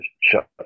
shut